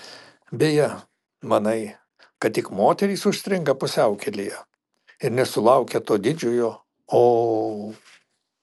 beje manai kad tik moterys užstringa pusiaukelėje ir nesulaukia to didžiojo o